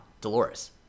Dolores